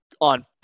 on